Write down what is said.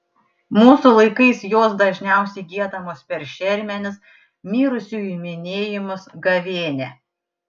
mūsų laikais jos dažniausiai giedamos per šermenis mirusiųjų minėjimus gavėnią